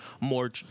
more